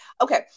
okay